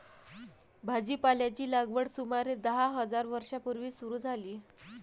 भाजीपाल्याची लागवड सुमारे दहा हजार वर्षां पूर्वी सुरू झाली